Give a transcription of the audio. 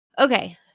Okay